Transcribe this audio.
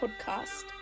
podcast